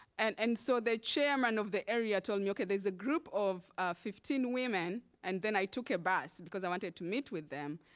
and and so the and of the area told me, okay, there's a group of fifteen women. and then i took a bus, because i wanted to meet with them,